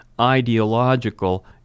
ideological